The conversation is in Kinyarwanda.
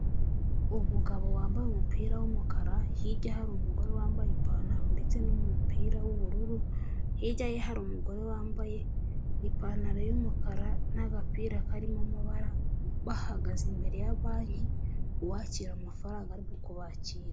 Umugabo wambaye umupira w'umukara, hirya hari umugore wambaye ipantaro ndetse'umupira w'ubururu, hirya ye hari umugore wambaye ipantaro y'umukara n'agapira karimo amabara bahagaze imbere ya Banki uwakira amafaranga arimo kubakira.